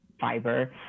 fiber